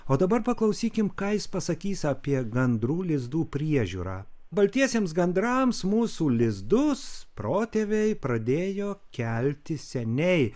o dabar paklausykim ką jis pasakys apie gandrų lizdų priežiūrą baltiesiems gandrams mūsų lizdus protėviai pradėjo kelti seniai